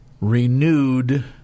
renewed